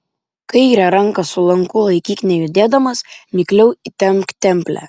kairę ranką su lanku laikyk nejudėdamas mikliau įtempk templę